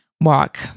walk